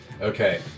Okay